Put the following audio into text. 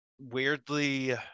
weirdly